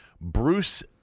Bruce